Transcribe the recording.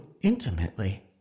intimately